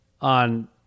on